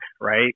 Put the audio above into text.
right